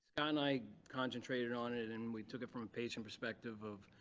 and i concentrated on it and we took it from a patient perspective of